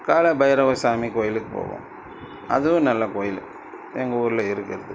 காலபைரவர் சாமி கோயிலுக்கு போவோம் அதுவும் நல்ல கோவில் எங்கள் ஊரில் இருக்கிறது